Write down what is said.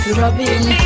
rubbing